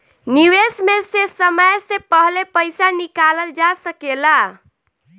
निवेश में से समय से पहले पईसा निकालल जा सेकला?